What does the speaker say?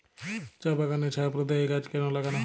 চা বাগানে ছায়া প্রদায়ী গাছ কেন লাগানো হয়?